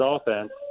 offense